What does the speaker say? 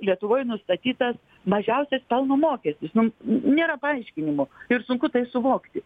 lietuvoje nustatytas mažiausias pelno mokestis nu nėra paaiškinimų ir sunku tai suvokti